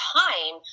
time